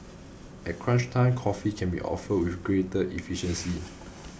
at crunch time coffee can be offered with greater efficiency